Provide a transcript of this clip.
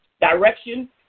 direction